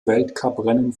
weltcuprennen